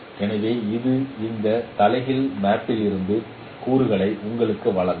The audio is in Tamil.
எனவே இது இந்த தலைகீழ் மேப்பிங்கிலிருந்து கூறுகளை உங்களுக்கு வழங்கும்